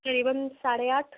करीबन साढ़े आठ